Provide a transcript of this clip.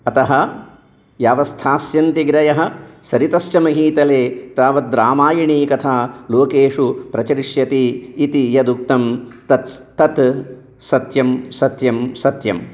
अतः यावत्स्थास्यन्ति गिरयः सरितश्च महीतले तावद्रामयणी कथा लोकेषु प्रचरिष्यति इति यद् उक्तं तत्स् तत् सत्यं सत्यं सत्यम्